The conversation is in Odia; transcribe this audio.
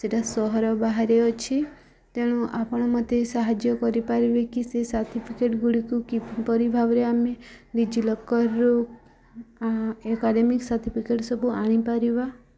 ସେଇଟା ସହର ବାହାରେ ଅଛି ତେଣୁ ଆପଣ ମତେ ସାହାଯ୍ୟ କରିପାରିବେ କି ସେ ସାର୍ଟିଫିକେଟ୍ ଗୁଡ଼ିକୁ କିପରି ଭାବରେ ଆମେ ନିଜ ଲକର୍ରୁ ଏକାଡ଼େମି ସାର୍ଟିଫିକେଟ୍ ସବୁ ଆଣିପାରିବା